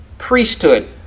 priesthood